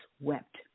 wept